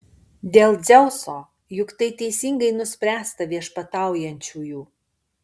dėl dzeuso juk tai teisingai nuspręsta viešpataujančiųjų